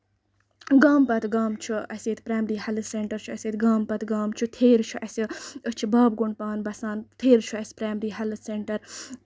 گامہٕ پَتہٕ گامہٕ چھُ اَسہِ ییٚتہِ پریمری ہیلتھ سینٹٲرٕس چھُ اَسہِ ییٚتہِ گامہٕ پَتہٕ گامہٕ چھُ تھیرِ چھُ اَسہِ أسۍ چھِ بابگنڈ پانہٕ بَسان تھیرِ چھُ اَسہِ پریمری ہیلتھ سینٹٲرٕس